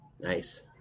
Nice